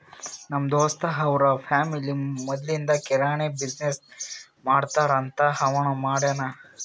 ನಮ್ ದೋಸ್ತ್ ಅವ್ರ ಫ್ಯಾಮಿಲಿ ಮದ್ಲಿಂದ್ ಕಿರಾಣಿ ಬಿಸಿನ್ನೆಸ್ ಮಾಡ್ತಾರ್ ಅಂತ್ ಅವನೂ ಮಾಡ್ತಾನ್